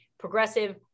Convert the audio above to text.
progressive